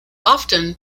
often